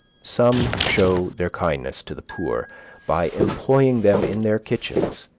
some show their kindness to the poor by employing them in their kitchens.